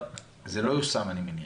זה לא יושם, אני מניח.